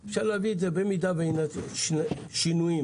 תשמעו,